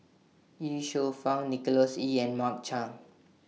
Ye Shufang Nicholas Ee and Mark Chan